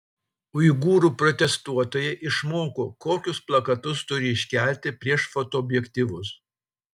uigūrų protestuotojai išmoko kokius plakatus turi iškelti prieš fotoobjektyvus